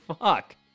fuck